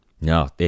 No